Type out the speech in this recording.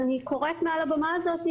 אז אני קוראת מעל הבמה הזו,